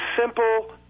simple